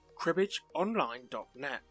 cribbageonline.net